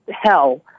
hell